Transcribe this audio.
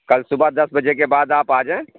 کل صُبح دس بجے کے بعد آپ آ جائیں